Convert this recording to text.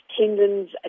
tendons